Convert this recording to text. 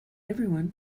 everyone